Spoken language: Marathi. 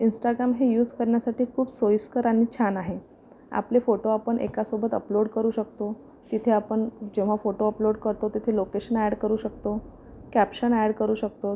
इन्स्टागाम हे यूज करण्यासाठी खूप सोईस्कर आणि छान आहे आपले फोटो आपण एकासोबत अपलोड करू शकतो तिथे आपण जेव्हा फोटो अपलोड करतो तिथे लोकेशन अॅड करू शकतो कॅप्शन अॅड करू शकतो